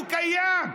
הוא קיים.